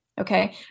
Okay